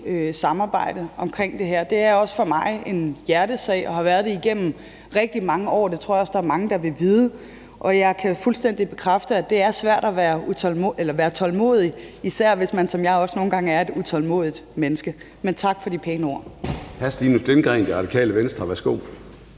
samarbejde om det her. Det er også for mig en hjertesag og har været det igennem rigtig mange år, og det tror jeg også der er mange der vil vide. Og jeg kan fuldstændig bekræfte, at det er svært at være tålmodig, især hvis man, som jeg også nogle gange er, er et utålmodigt menneske. Men tak for de pæne ord.